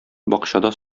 бакчада